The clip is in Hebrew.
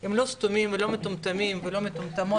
הם לא סתומים ולא מטומטמים ולא מטומטמות,